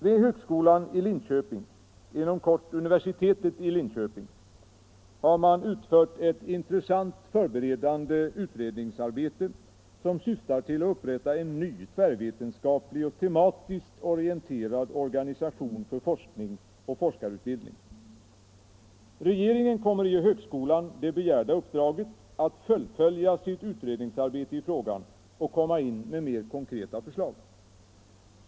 Vid högskolan i Linköping — inom kort univer sitetet i Linköping — har man utfört ett intressant förberedande utredningsarbete som syftar till att upprätta en ny, tvärvetenskaplig och tematiskt orienterad organisation för forskning och forskarutbildning. Regeringen kommer att ge högskolan det begärda uppdraget att fullfölja sitt utredningsarbete i frågan och framlägga mera konkreta förslag.